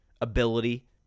ability